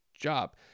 job